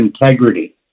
integrity